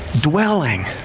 dwelling